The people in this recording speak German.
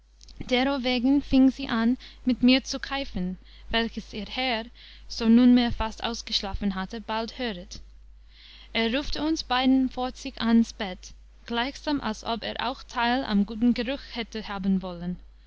derowegen fieng sie an mit mir zu keifen welches ihr herr so nunmehr fast ausgeschlafen hatte bald höret er rufte uns beiden vor sich ans bett gleichsam als ob er auch teil am guten geruch hätte haben wollen